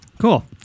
Cool